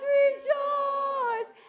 rejoice